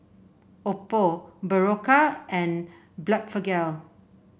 Oppo Berocca and Blephagel